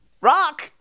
Rock